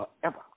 forever